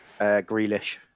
Grealish